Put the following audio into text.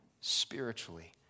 spiritually